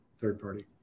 third-party